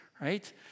right